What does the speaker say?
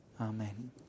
Amen